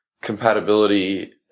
compatibility